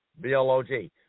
B-L-O-G